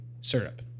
syrup